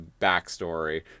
backstory